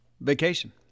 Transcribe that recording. vacation